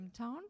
hometown